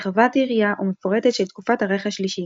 רחבת יריעה ומפורטת של תקופת הרייך השלישי,